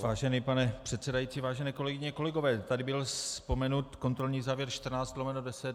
Vážený pane předsedající, vážené kolegyně, kolegové, tady byl vzpomenut kontrolní závěr 14/10.